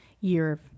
year